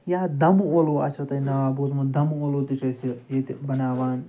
یا دَمہٕ ٲلوٕ آسیو تۄہہِ ناو بوٗزمُت دَمہٕ ٲلوٕ تہِ چھِ أسۍ یہِ ییٚتہِ بناوان